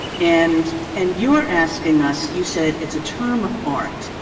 and and you're asking us you said it's a term of art.